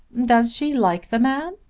does she like the man?